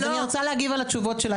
אז אני רוצה להגיב על התשובות שלה,